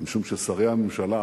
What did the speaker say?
משום ששרי הממשלה,